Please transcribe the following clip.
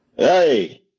Hey